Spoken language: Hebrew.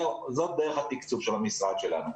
זאת דרך התקצוב של המשרד שלנו,